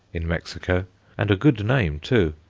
in mexico and a good name too.